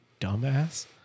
dumbass